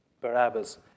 Barabbas